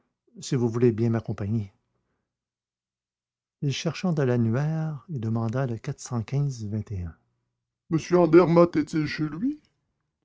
si vous voulez bien m'accompagner il chercha dans l'annuaire et demanda le m andermatt est-il chez lui